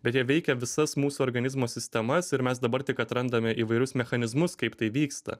bet jie veikia visas mūsų organizmo sistemas ir mes dabar tik atrandame įvairius mechanizmus kaip tai vyksta